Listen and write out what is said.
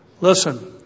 listen